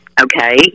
okay